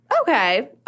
okay